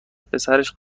پسرش